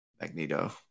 Magneto